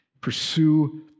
Pursue